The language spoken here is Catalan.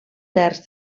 terç